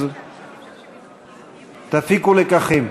אז תפיקו לקחים.